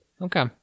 Okay